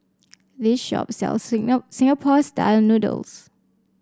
this shop sells Singapore style noodles